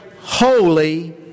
Holy